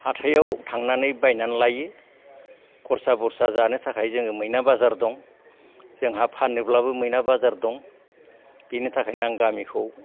हाथायाव थांनानै बायनानै लाययो खरसा बसरा जानो थाखाय जोंयो मैना बाजार दं जोंहा फाननोब्लाबो मैना बाजार दं बेनि थाखाय आं गामिखौ